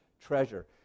treasure